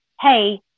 hey